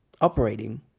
operating